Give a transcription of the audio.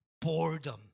Boredom